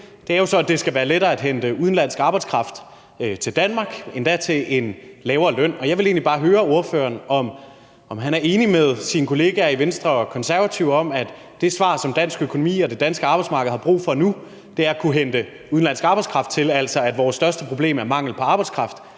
er, at det skal være lettere at hente udenlandsk arbejdskraft til Danmark, endda til en lavere løn. Jeg vil egentlig bare høre ordføreren, om han er enig med sine kollegaer i Venstre og Konservative i, at det svar, som den danske økonomi og det danske arbejdsmarked har brug for nu, er at kunne hente udenlandsk arbejdskraft til landet; at vores største problem altså er mangel på arbejdskraft,